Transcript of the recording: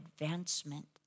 advancement